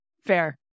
Fair